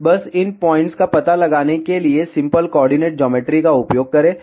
बस इन पॉइंट्स का पता लगाने के लिए सिंपल कोऑर्डिनेट ज्योमेट्री का उपयोग करें